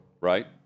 right